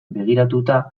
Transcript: begiratuta